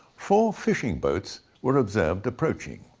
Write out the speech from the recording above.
four fishing boats were observed approaching,